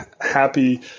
happy